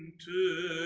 to